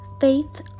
faith